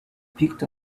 picked